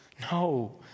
No